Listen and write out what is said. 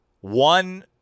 one